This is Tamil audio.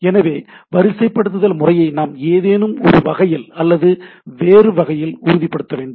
எனவே வரிசைப்படுத்துதல் முறையை நாம் ஏதேனும் ஒரு வகையில் அல்லது வேறு வகையில் உறுதிப்படுத்த வேண்டும்